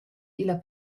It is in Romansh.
illa